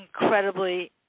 incredibly